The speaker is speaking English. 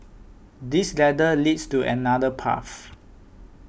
this ladder leads to another path